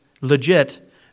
legit